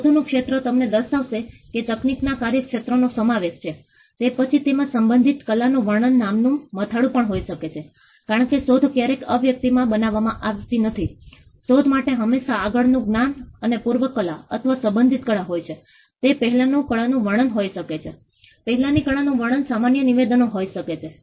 અમે પુનર્વસન અને સજ્જતા માટેની કાર્યવાહીની સૂચિ જેવા બાકી કામોને ઓળખવા જેવા કે સ્થાનિક પૂરની સમસ્યા અને નબળાઈને જોવા અને જાણ કરવા માટે સ્થાનિક નેતાઓની ઓળખ BMC નાગરિક સંરક્ષણ સાથેની કટોકટી સેવાઓની સંપર્કોની સૂચિ તૈયાર કરવી ખાતરી કરો કે કોઈ પણ ગટરમાં કચરો ફેંકી રહ્યું નથી